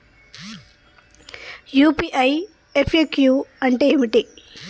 UPI FAQ అంటే ఏమిటి?